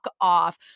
off